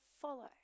follow